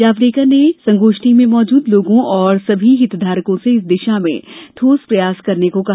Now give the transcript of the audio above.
जावड़ेकर ने संगोष्ठी में मौजूद लोगों और सभी हितधारकों से इस दिशा में ठोस प्रयास करने को कहा